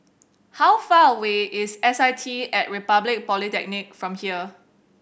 how far away is S I T At Republic Polytechnic from here